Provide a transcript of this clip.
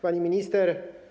Pani Minister!